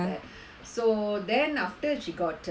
so then after she got a